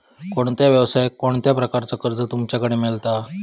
कोणत्या यवसाय कोणत्या प्रकारचा कर्ज तुमच्याकडे मेलता?